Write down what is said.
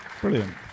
Brilliant